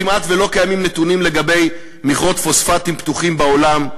כמעט לא קיימים נתונים לגבי מכרות פוספטים פתוחים בעולם.